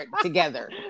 together